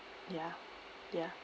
ya ya